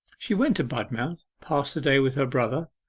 she went to budmouth, passed the day with her brother,